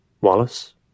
Wallace